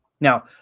Now